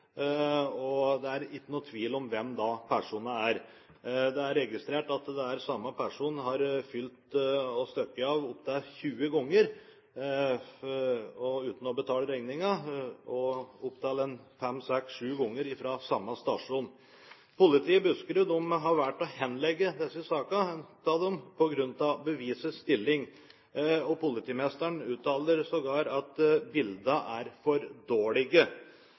og det er ingen tvil om hvem personene er. Det er registrert at samme personen har fylt og stukket av opptil 20 ganger uten å betale regningen, og opptil fem, seks, syv ganger fra samme stasjon. Politiet i Buskerud har valgt å henlegge disse sakene på grunn av bevisets stilling. Og politimesteren uttaler sågar at bildene er for dårlige.